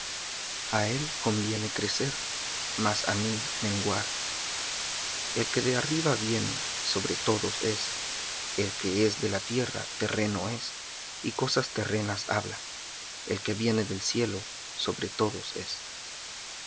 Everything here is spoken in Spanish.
a él conviene crecer mas á mí menguar el que de arriba viene sobre todos es el que es de la tierra terreno es y cosas terrenas habla el que viene del cielo sobre todos es